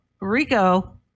Rico